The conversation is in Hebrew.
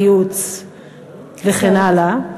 גיהוץ וכן הלאה,